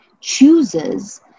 chooses